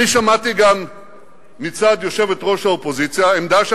אני שמעתי גם מצד יושבת-ראש האופוזיציה עמדה,